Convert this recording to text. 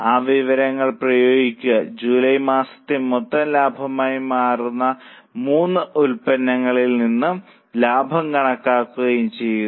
ആ വിവരങ്ങൾ പ്രയോഗിക്കുകയും ജൂലായ് മാസത്തെ മൊത്തം ലാഭമായി മാറുന്ന മൂന്ന് ഉൽപ്പന്നങ്ങളിൽ നിന്നും ലാഭം കണക്കാക്കുകയും ചെയ്യുക